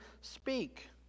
speak